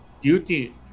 duty